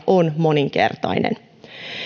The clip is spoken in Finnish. on moninkertainen